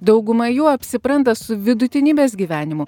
dauguma jų apsipranta su vidutinybės gyvenimu